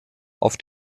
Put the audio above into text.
auf